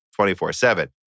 24-7